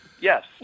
Yes